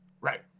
Right